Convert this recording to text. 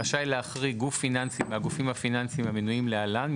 רשאי להחריג גוף פיננסי מהגופים הפיננסיים המנויים להלן,